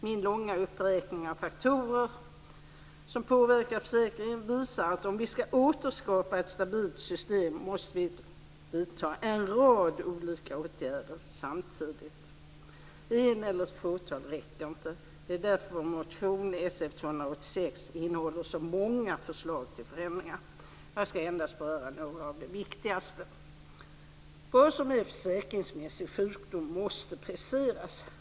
Min långa uppräkning av faktorer som påverkar försäkringen visar att om vi ska återskapa ett stabilt system måste en rad olika åtgärder vidtas samtidigt. En eller ett fåtal räcker inte. Det är därför vår motion Sf286 innehåller så många förslag till förändringar. Jag ska endast beröra några av de viktigaste. Vad som är försäkringsmässig sjukdom måste preciseras.